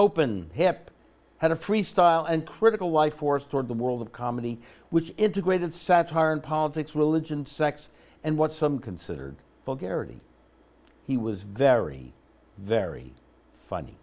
open hip had a free style and critical life force toward the world of comedy which integrated satire in politics religion sex and what some considered the garrity he was very very funny